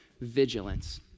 vigilance